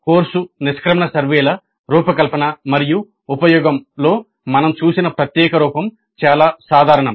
"course నిష్క్రమణ సర్వేల రూపకల్పన మరియు ఉపయోగం" లో మనం చూసిన ప్రత్యేక రూపం చాలా సాధారణం